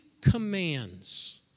commands